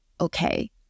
okay